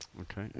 Okay